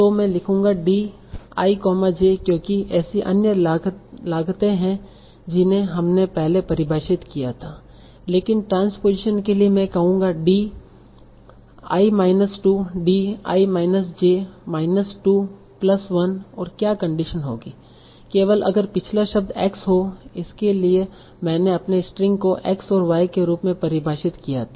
तो मैं लिखूंगा D ij क्योंकि ऐसी अन्य लागतें हैं जिन्हें हमने पहले परिभाषित किया था लेकिन ट्रांसपोजिशन के लिए मैं कहूंगा D i minus 2 D i minus j minus 2 plus 1 और क्या कंडीशन होगी केवल अगर पिछला शब्द x हो इसलिए मैंने अपने स्ट्रिंग को x और y के रूप में परिभाषित किया था